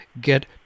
get